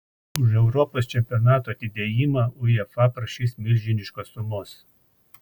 už europos čempionato atidėjimą uefa prašys milžiniškos sumos